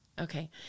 okay